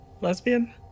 Lesbian